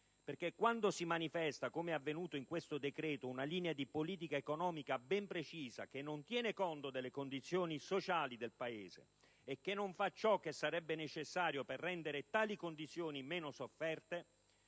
perché, quando si manifesta - com'è avvenuto in questo decreto - una linea di politica economica ben precisa, che non tiene conto delle condizioni sociali del Paese e non fa ciò che sarebbe necessario per renderle meno sofferte,